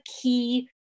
key